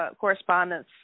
correspondence